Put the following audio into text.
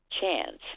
chance